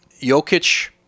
Jokic